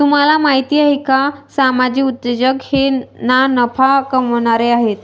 तुम्हाला माहिती आहे का सामाजिक उद्योजक हे ना नफा कमावणारे आहेत